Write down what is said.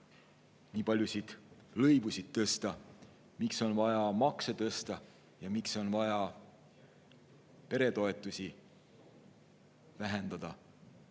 nii paljusid lõivusid tõsta, miks on vaja makse tõsta ja miks on vaja peretoetusi vähendada.